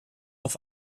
auf